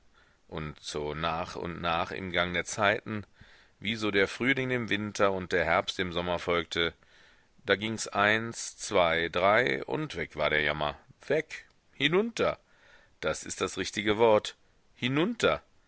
und so nach und nach im gang der zeiten wie so der frühling dem winter und der herbst dem sommer folgte da gings eins zwei drei und weg war der jammer weg hinunter das ist das richtige wort hinunter